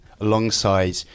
alongside